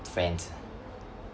friends